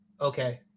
Okay